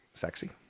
sexy